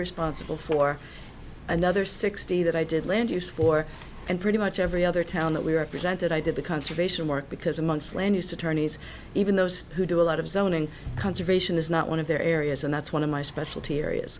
responsible for another sixty that i did land use for and pretty much every other town that we were presented i did the conservation work because amongst land use attorneys even those who do a lot of zoning conservation is not one of their areas and that's one of my specialty areas